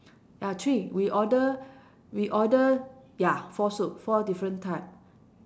ya three we order we order ya four soup four different type